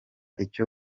icyo